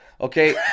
okay